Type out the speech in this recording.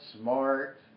smart